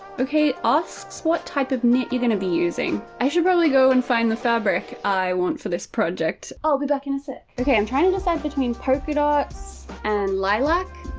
okay. asks what type of knit you're gonna be using? i should probably go and find the fabric i want for this project. i'll be back in a sec. okay, i'm trying to decide between polka dots and lilac.